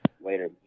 Later